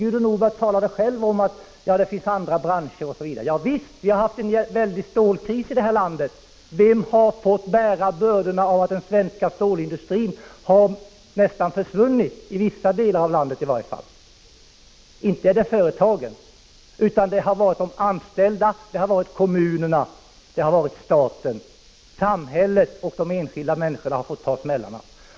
Gudrun Norberg talade själv om att detta gäller också andra branscher. Vi har haft en väldig stålkris — den svenska stålindustrin har nästan försvunnit i vissa delar av landet. Vilka har fått bära bördan av den krisen? Inte är det företagen, utan det har varit de anställda, kommunerna och staten. Samhället och de enskilda människorna har fått ta smällarna.